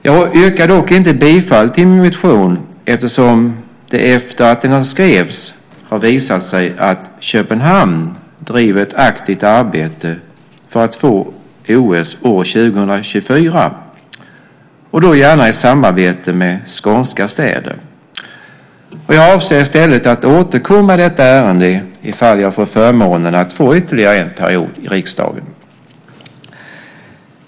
Jag yrkar dock inte bifall till min motion eftersom det efter det att den skrevs har visat sig att Köpenhamn driver ett aktivt arbete för att få OS år 2024 och då gärna i samarbete med skånska städer. Jag avser i stället att återkomma i detta ärende ifall jag får förmånen att få vara ytterligare en period i riksdagen.